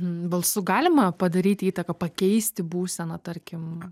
balsu galima padaryt įtaką pakeisti būseną tarkim